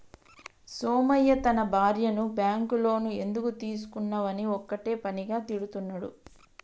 సోమయ్య తన భార్యను bank loan ఎందుకు తీసుకున్నవని ఒక్కటే పనిగా తిడుతున్నడు